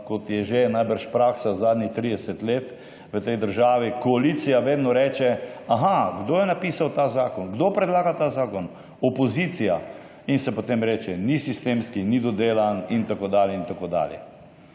kot je že najbrž praksa zadnjih 30 let v tej državi, koalicija vedno reče, aha, kdo je napisal ta zakon, kdo predlaga ta zakon – opozicija. In se potem reče, ni sistemski, ni dodelan in tako dalje